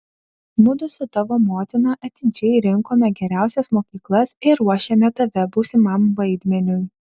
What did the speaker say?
mudu su tavo motina atidžiai rinkome geriausias mokyklas ir ruošėme tave būsimam vaidmeniui